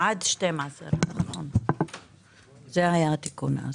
עד 12%. זה היה התיקון.